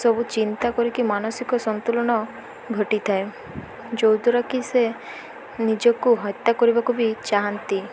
ସବୁ ଚିନ୍ତା କରିକି ମାନସିକ ସନ୍ତୁଳନ ଘଟିଥାଏ ଯୋଉଦ୍ୱାରା କିି ସେ ନିଜକୁ ହତ୍ୟା କରିବାକୁ ବି ଚାହାନ୍ତି